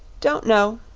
don't know.